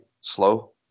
slow